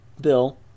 Bill